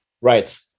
Right